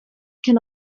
can